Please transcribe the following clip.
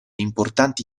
importanti